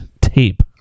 tape